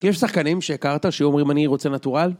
יש שחקנים שהכרת שהיו אומרים אני רוצה נטורל?